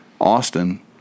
Austin